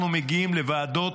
אנחנו מגיעים לוועדות,